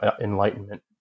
enlightenment